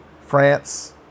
France